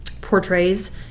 portrays